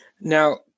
Now